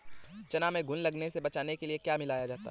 चना में घुन लगने से बचाने के लिए क्या मिलाया जाता है?